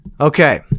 Okay